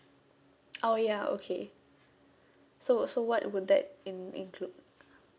oh ya okay so so what would that in~ include